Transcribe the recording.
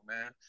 man